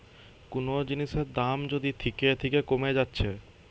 কুনো জিনিসের দাম যদি থিকে থিকে কোমে যাচ্ছে